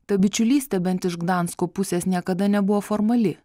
ta bičiulystė bent iš gdansko pusės niekada nebuvo formali